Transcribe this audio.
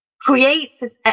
creates